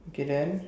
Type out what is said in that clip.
okay then